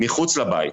מחוץ לבית.